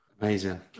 Amazing